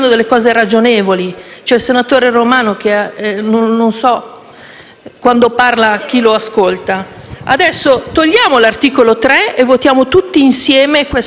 Romano, chi lo ascolti. Adesso sopprimiamo l'articolo 3 e votiamo tutti insieme questo bel disegno di legge. Vi lascio con il comma 4